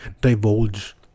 divulge